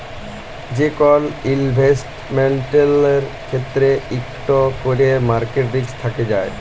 যে কল ইলভেসেটমেল্টের ক্ষেত্রে ইকট ক্যরে মার্কেট রিস্ক থ্যাকে যায়